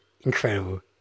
incredible